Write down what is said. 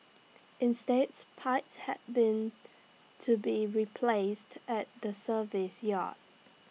instates pipes have been to be replaced at the service yard